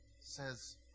says